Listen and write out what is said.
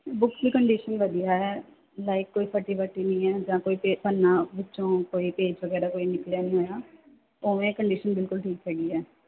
book ਦੀ condition ਵਧੀਆਂ ਹੈ ਲਾਇਕ ਕੋਈ ਫਟੀ ਵਟੀ ਨਹੀਂ ਹੈ ਜਾਂ ਕੋਈ ਪੇ ਪੰਨਾ ਵਿੱਚੋਂ ਕੋਈ ਪੇਜ ਵਗੈਰਾ ਕੋਈ ਨਿਕਲਿਆਂ ਨਹੀਂ ਹੋਇਆ ਉਵੇਂ ਕੰਡੀਸ਼ਨ ਬਿਲਕੁਲ ਠੀਕ ਹੈਗੀ ਐ